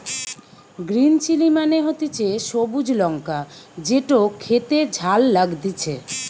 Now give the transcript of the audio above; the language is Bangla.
গ্রিন চিলি মানে হতিছে সবুজ লঙ্কা যেটো খেতে ঝাল লাগতিছে